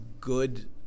good